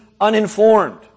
uninformed